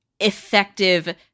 effective